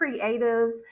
creatives